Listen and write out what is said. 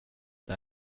det